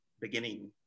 beginning